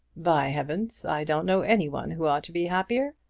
by heavens, i don't know any one who ought to be happier.